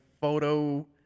photo